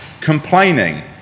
complaining